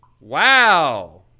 wow